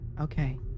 Okay